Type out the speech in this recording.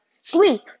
Sleep